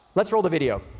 let's roll the video.